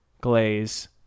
glaze